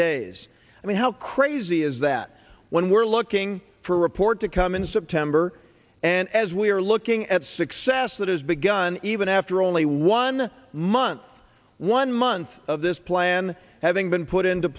days i mean how crazy is that when we're looking for a report to come in september and as we're looking at success that has begun even after only one month one month of this plan having been put into